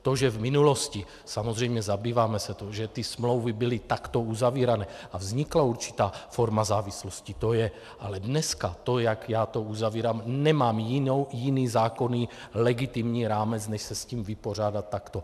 To, že v minulosti, samozřejmě zabýváme se tím, že ty smlouvy byly takto uzavírané a vznikla určitá forma závislosti, to je, ale dneska to, jak já to uzavírám, nemám jiný zákonný legitimní rámec, než se s tím vypořádat takto.